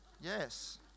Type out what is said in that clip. yes